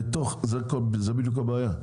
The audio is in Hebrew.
זאת בדיוק הבעיה,